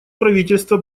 правительство